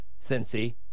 Cincy